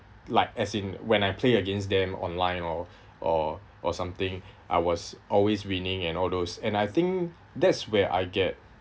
like as in when I play against them online or or or something I was always winning and all those and I think that's where I get